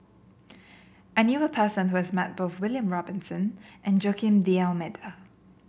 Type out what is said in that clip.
I knew a person who has met both William Robinson and Joaquim D'Almeida